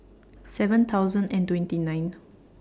seven thousand and twenty nine